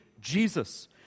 Jesus